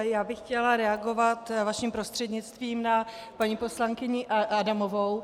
Já bych chtěla reagovat vaším prostřednictvím na paní poslankyni Adamovou.